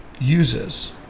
uses